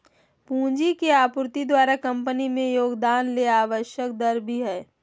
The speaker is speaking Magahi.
पूंजी के आपूर्ति द्वारा कंपनी में योगदान ले आवश्यक दर भी हइ